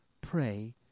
Pray